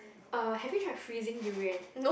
uh have you tried freezing durian